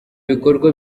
bikorwa